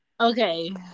Okay